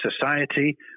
society